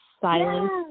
silence